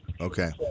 Okay